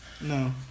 No